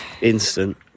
Instant